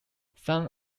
some